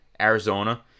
Arizona